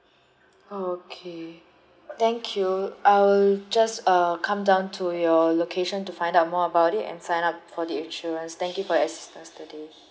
okay thank you I will just uh come down to your location to find out more about it and sign up for the insurance thank you for your assistance today